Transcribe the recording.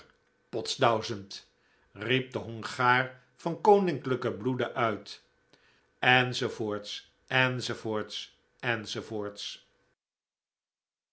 i riep de hongaar van koninklijken bloede uit enz